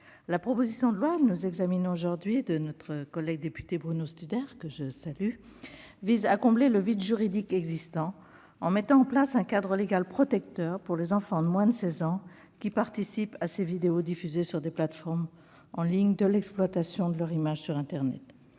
La proposition de loi de notre collègue député Bruno Studer, que je salue, vise à combler le vide juridique existant, en mettant en place un cadre légal protecteur, pour les enfants de moins de 16 ans acteurs de vidéos diffusées sur des plateformes en ligne, de l'exploitation de leur image sur internet.